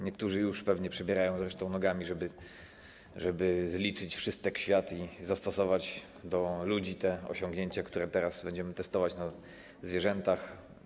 Niektórzy już pewnie przebierają zresztą nogami, żeby zliczyć wszystek świat i zastosować do ludzi te osiągnięcia, które teraz będziemy testować na zwierzętach.